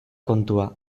kontua